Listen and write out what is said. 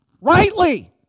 rightly